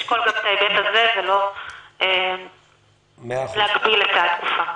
לשקול גם את ההיבט הזה ולא להגביל את התקופה.